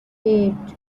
eight